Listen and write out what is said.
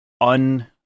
un-